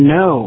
no